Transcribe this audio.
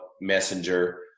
Messenger